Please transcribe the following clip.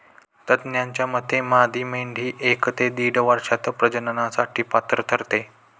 तज्ज्ञांच्या मते मादी मेंढी एक ते दीड वर्षात प्रजननासाठी पात्र ठरते